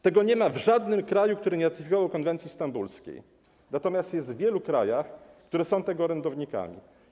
Tego nie ma w żadnym kraju, który nie ratyfikował konwencji stambulskiej, natomiast to jest w wielu krajach, które są jej orędownikami.